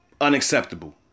unacceptable